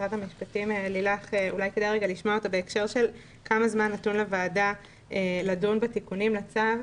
ממשרד המשפטים בהקשר של כמה זמן נתון לוועדה לדון בתיקונים לצו.